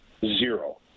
Zero